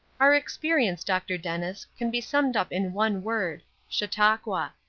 our experience, dr. dennis, can be summed up in one word chautauqua.